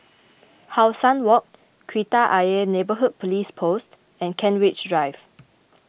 How Sun Walk Kreta Ayer Neighbourhood Police Post and Kent Ridge Drive